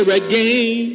again